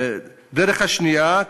הדרך השנייה,